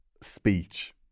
speech